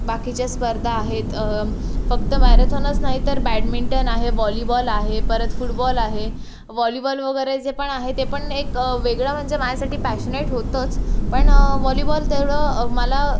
बाकीच्या स्पर्था आहेत फक्त मॅरेथॉनच नाही तर बॅडमिंटन आहे व्हॉलीबॉल आहे परत फुटबॉल आहे व्हॉलीबॉल वगैरे जे पण आहे ते पण एक वेगळं म्हणजे माझ्यासाठी पॅशनेट होतंच पण व्हॉलीबॉल तेवढं मला